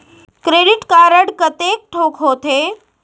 Credit card कतेक ठोक होथे?